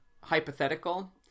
hypothetical